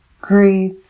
grief